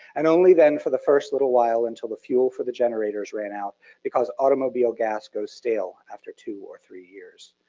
and only then for the first little while until the fuel for the generators ran out because automobile gas goes stale after two or three years.